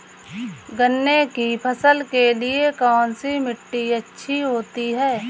गन्ने की फसल के लिए कौनसी मिट्टी अच्छी होती है?